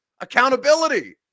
Accountability